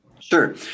Sure